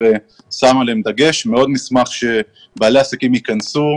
שמה עליהם דגש שבעלי העסקים ייכנסו,